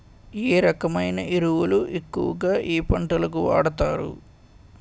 ఏ రకమైన ఎరువులు ఎక్కువుగా ఏ పంటలకు వాడతారు?